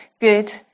good